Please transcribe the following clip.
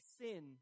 sin